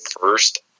first –